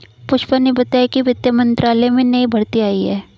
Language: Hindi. पुष्पा ने बताया कि वित्त मंत्रालय में नई भर्ती आई है